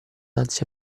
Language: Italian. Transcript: ansia